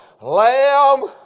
Lamb